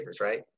right